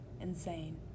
insane